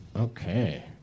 Okay